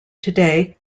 today